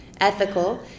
ethical